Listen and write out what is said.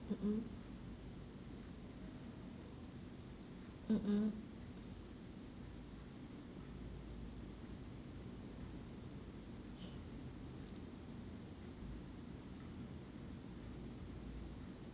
mm mm mm mm